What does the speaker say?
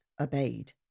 obeyed